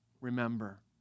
remember